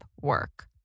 work